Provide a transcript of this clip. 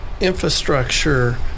infrastructure